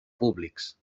públics